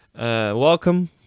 Welcome